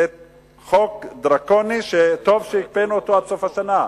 זה חוק דרקוני שטוב שהקפאנו אותו עד סוף השנה.